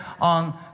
on